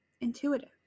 intuitive